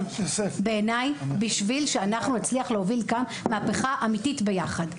בעיני בשביל שאנחנו נצליח להוביל כאן מהפכה אמיתית ביחד.